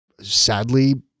sadly